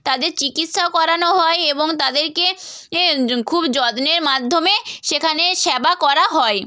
তাদের চিকিৎসাও করানো হয় এবং তাদেরকে এ খুব যত্নের মাধ্যমে সেখানে সেবা করা হয়